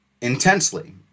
intensely